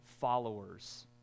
followers